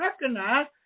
recognize